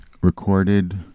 recorded